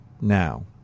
now